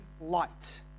light